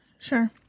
Sure